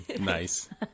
Nice